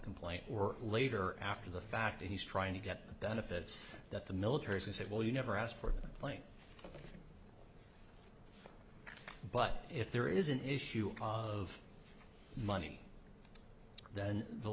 complaint or later after the fact that he's trying to get the benefits that the military said well you never asked for the plane but if there is an issue of money then the